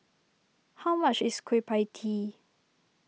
how much is Kueh Pie Tee